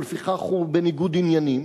ולפיכך הוא בניגוד עניינים,